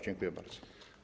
Dziękuję bardzo.